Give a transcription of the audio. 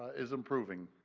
is improving.